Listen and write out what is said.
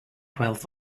twelve